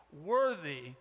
worthy